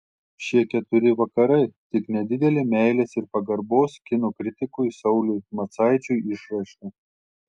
šie keturi vakarai tik nedidelė meilės ir pagarbos kino kritikui sauliui macaičiui išraiška